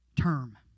term